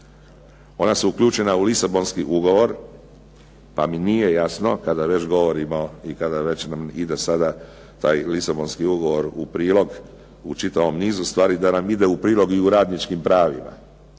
Ona su uključena u Lisabonski ugovor pa mi nije jasno kad već govorimo i kada već nam ide sada taj Lisabonski ugovor u prilog u čitavom nizu stvari da nam ide u prilog i u radničkim pravima.